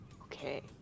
Okay